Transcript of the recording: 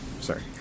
Sorry